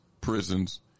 prisons